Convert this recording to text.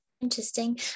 Interesting